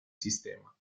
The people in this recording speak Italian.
sistema